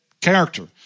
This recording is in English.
character